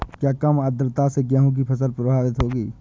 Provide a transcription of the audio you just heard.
क्या कम आर्द्रता से गेहूँ की फसल प्रभावित होगी?